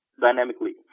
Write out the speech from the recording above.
Dynamically